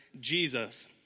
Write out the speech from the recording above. Jesus